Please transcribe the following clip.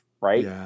right